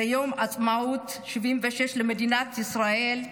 ביום העצמאות ה-76 של מדינת ישראל,